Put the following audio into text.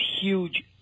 huge